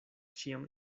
ĉiam